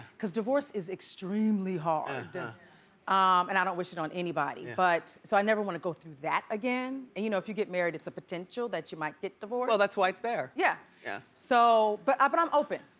cause divorce is extremely hard. and and i don't wish it on anybody. but so i never want to go through that again. again. you know if you get married, it's a potential that you might get divorced. we'll that's why it's there. yeah, yeah so, but but i'm open.